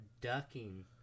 ducking